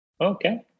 Okay